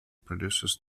produces